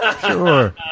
Sure